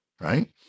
right